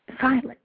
silent